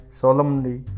solemnly